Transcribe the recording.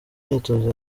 myitozo